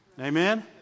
Amen